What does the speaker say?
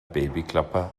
babyklappe